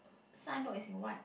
signboard is in white